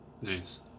Nice